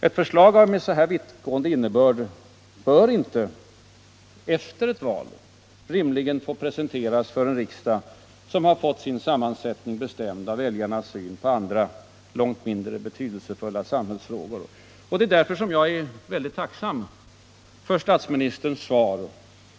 Ett förslag med så vittgående innebörd bör inte efter ett val rimligen få presenteras för en riksdag, som har fått sin sammansättning bestämd av väljarnas syn på andra, långt mindre betydelsefulla samhällsfrågor. Jag är därför tacksam för statsministerns svar.